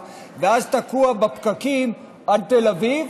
בנתב"ג, ואז תקוע בפקקים עד תל אביב.